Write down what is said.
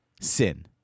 sin